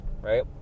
Right